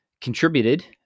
contributed